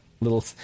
little